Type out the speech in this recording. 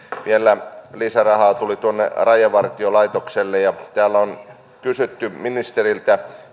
vielä lisärahaa tuli tuonne rajavartiolaitokselle täällä on kysytty ministeriltä